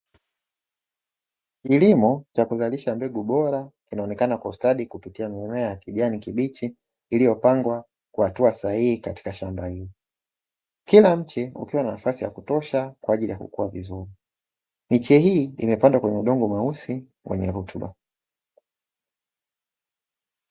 Kilimo cha kuzalisha mbegu bora kinaonekana kwa ustadi kupitia mimea ya kijani kibichi iliyopangwa kwa hatua sahihi katika shamba hilo, kila mche ukiwa na nafasi ya kutosha kwa ajili ya kukua vizuri. Miche hii imapandwa kwenye udongo mweusi wenye rutuba.